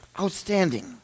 outstanding